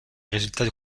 résultats